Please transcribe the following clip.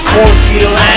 Cornfield